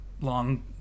long